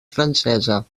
francesa